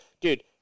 Dude